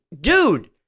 dude